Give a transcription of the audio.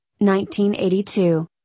1982